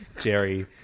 Jerry